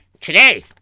today